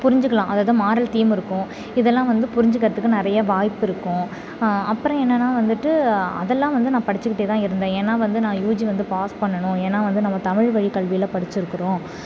புரிஞ்சுக்கலாம் அதாவது moral theme இருக்கும் இதெல்லாம் வந்து புரிஞ்சுக்கிறதுக்கு நிறையா வாய்ப்பு இருக்கும் அப்புறம் என்னனால் வந்துட்டு அதெல்லாம் வந்து நான் படிச்சுக்கிட்டே தான் இருந்தேன் ஏனால் வந்து நான் யூஜி வந்து பாஸ் பண்ணணும் ஏனால் வந்து நம்ம தமிழ் வழி கல்வியில் படிச்சுருக்குறோம்